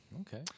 Okay